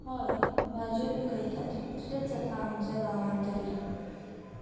हय भाजयो पिकयतात इतलेंच जाता आमच्या गांवान तरी